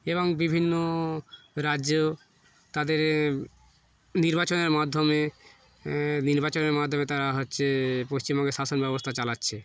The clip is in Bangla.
এবং বিভিন্ন রাজ্যেও তাদের নির্বাচনের মাধ্যমে নির্বাচনের মাধ্যমে তারা হচ্ছে পশ্চিমবঙ্গের শাসন ব্যবস্থা চালাচ্ছে